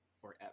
forever